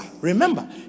remember